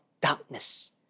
darkness